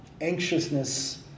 anxiousness